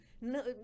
No